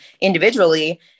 individually